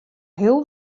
heel